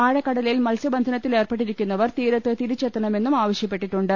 ആഴ ക്കടലിൽ മത്സൃബന്ധനത്തിലേർപ്പെട്ടിരിക്കുന്നവർ തീരത്ത് തിരിച്ചെത്തണമെന്നും ആവശ്യപ്പെട്ടിട്ടുണ്ട്